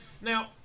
now